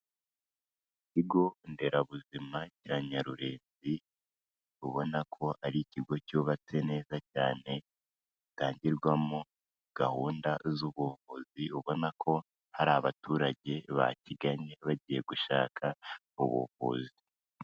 Ikigo Nderabuzima cya Nyarurenzi, ubona ko ari ikigo cyubatse neza cyane, gitangirwamo gahunda z'ubuvuzi, ubona ko hari abaturage bakigannye bagiye gushaka ubuvuzi.